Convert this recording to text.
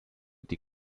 die